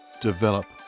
develop